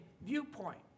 viewpoint